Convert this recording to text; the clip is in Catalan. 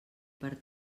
per